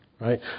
Right